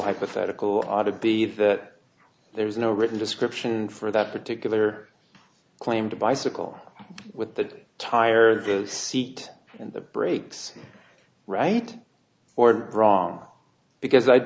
hypothetical ought to be that there's no written description for that particular claim to bicycle with the tire the seat and the brakes right or wrong because i